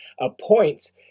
appoints